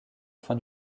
fin